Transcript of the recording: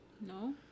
No